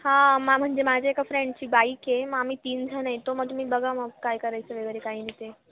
हां मा म्हणजे माझ्या एका फ्रेंडची बाईक आहे मग आम्ही तीनजण येतो मग तुम्ही बघा मग काय करायचं वगैरे काही नाही ते